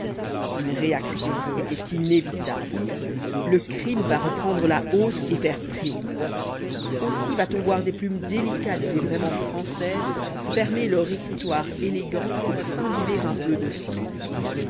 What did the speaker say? une réaction était inévitable le crime va reprendre la hausse et faire prime aussi va-t-on voir des plumes délicates et vraiment françaises fermer leur écritoire élégante pour s'imbiber un peu de sang